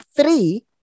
three